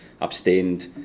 abstained